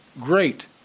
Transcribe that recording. Great